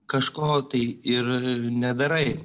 kažko tai ir nedarai